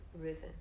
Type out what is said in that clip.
risen